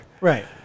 Right